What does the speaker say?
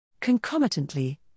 Concomitantly